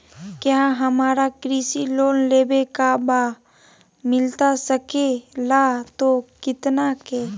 क्या हमारा कृषि लोन लेवे का बा मिलता सके ला तो कितना के?